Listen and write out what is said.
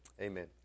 amen